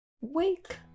wake